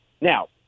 Now